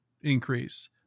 increase